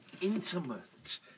intimate